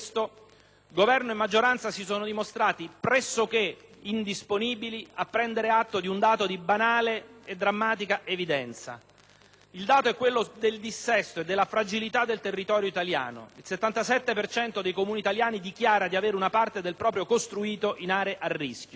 Governo e maggioranza si sono dimostrati pressoché indisponibili a prendere atto di un dato di banale e drammatica evidenza. Il dato è quello del dissesto e della fragilità del territorio italiano: il 77 per cento dei Comuni italiani dichiara di avere una parte del proprio costruito in aree a rischio.